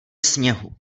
sněhu